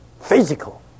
physical